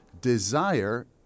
desire